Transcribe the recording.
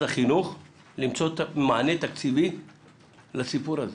החינוך למצוא מענה תקציבי לסיפור הזה.